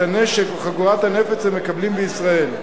את הנשק, או חגורת הנפץ, הם מקבלים בישראל.